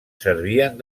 servien